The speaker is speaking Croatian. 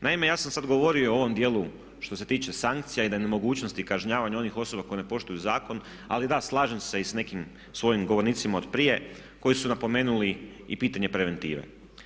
Naime, ja sam sada govorio o ovom dijelu što se tiče sankcija i … [[Govornik se ne razumije]] kažnjavanja onih osoba koje ne poštuju zakon, ali da slažem se i sa nekim svojim govornicima od prije koji su napomenuli i pitanje preventive.